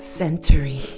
century